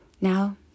Now